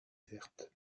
verte